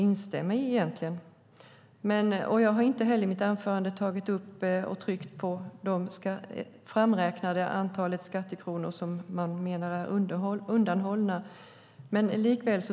Jag har inte heller i mitt anförande tagit upp och tryckt på det framräknade antal skattekronor som man menar är undanhållna.